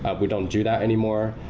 ah we don't do that anymore.